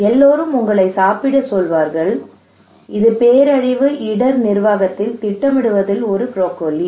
எல்லோரும் உங்களை சாப்பிடச் சொல்வார்கள் இது பேரழிவு இடர் நிர்வாகத்தில் திட்டமிடுவதில் ஒரு ப்ரோக்கோலி